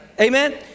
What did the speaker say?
Amen